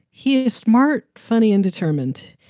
he is smart, funny and determined.